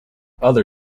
other